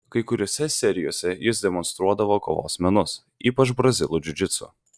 kai kuriose serijose jis demonstruodavo kovos menus ypač brazilų džiudžitsu